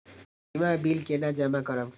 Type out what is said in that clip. सीमा bill केना जमा करब?